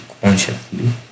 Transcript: consciously